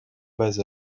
bas